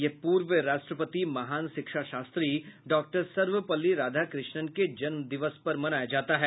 यह पूर्व राष्ट्रपति महान शिक्षा शास्त्री डॉक्टर सर्वपल्ली राधाकृ ष्णन के जन्म दिवस पर मनाया जाता है